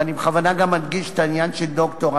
ואני בכוונה גם מדגיש את העניין של ד"ר,